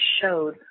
showed